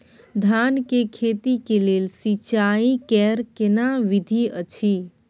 धान के खेती के लेल सिंचाई कैर केना विधी अछि?